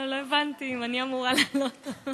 לא הבנתי אם אני אמורה לעלות או לא.